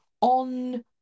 on